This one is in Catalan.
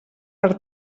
per